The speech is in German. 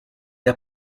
der